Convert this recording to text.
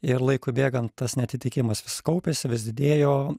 ir laikui bėgant tas neatitikimas vis kaupėsi vis didėjo